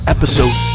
Episode